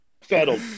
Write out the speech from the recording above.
Settled